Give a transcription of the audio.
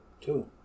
Two